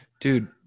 Dude